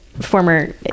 former